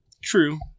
True